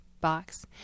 box